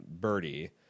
Birdie